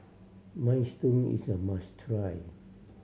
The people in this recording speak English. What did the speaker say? minestrone is a must try